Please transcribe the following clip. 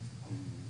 כן.